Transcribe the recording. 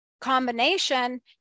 combination